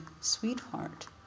sweetheart